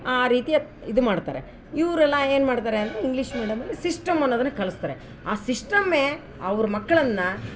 ಆ ರೀತಿಯತ್ ಇದು ಮಾಡ್ತಾರೆ ಇವರೆಲ್ಲ ಏನು ಮಾಡ್ತಾರೆ ಅಂದರೆ ಇಂಗ್ಲೀಷ್ ಮೀಡಿಯಮಲ್ಲಿ ಸಿಸ್ಟಮ್ ಅನ್ನೋದನ್ನು ಕಲಿಸ್ತಾರೆ ಆ ಸಿಸ್ಟಮ್ಮೇ ಅವ್ರ ಮಕ್ಕಳನ್ನ